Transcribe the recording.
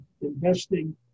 investing